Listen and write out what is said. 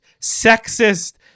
sexist